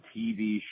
TV